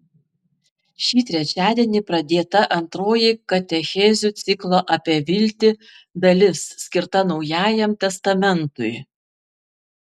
šį trečiadienį pradėta antroji katechezių ciklo apie viltį dalis skirta naujajam testamentui